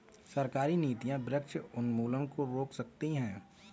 सरकारी नीतियां वृक्ष उन्मूलन को रोक सकती है